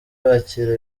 bakira